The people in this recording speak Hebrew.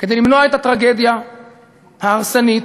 למנוע את הטרגדיה ההרסנית,